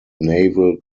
naval